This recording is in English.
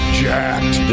jacked